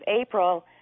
April